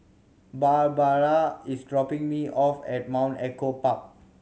Barbara is dropping me off at Mount Echo Park